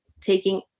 taking